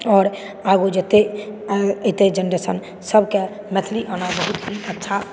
आओर आगू जते एहि जेनरेशनके मैथिली आना बहुत ही अच्छा